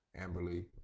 Amberly